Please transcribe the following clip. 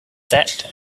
that